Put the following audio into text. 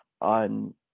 on